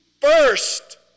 first